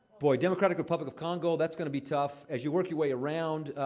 boy, democratic republic of congo that's gonna be tough. as you work your way around,